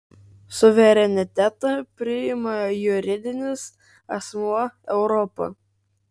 suverenitetą priima juridinis asmuo europa